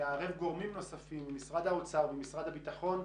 לערב גורמים נוספים משרד האוצר או משרד הביטחון,